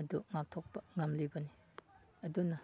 ꯑꯗꯨ ꯉꯥꯛꯊꯣꯛꯄ ꯉꯝꯂꯤꯕꯅꯤ ꯑꯗꯨꯅ